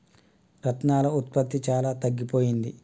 రత్నాల ఉత్పత్తి చాలా తగ్గిపోయింది